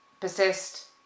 persist